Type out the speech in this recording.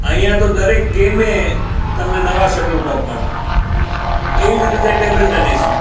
અહીંયા તો દરેક ગેમે તમને નવા શટલ કોઈક મળે એવી જ રીતે ટેબલ ટેનિસમાં